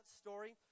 story